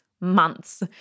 months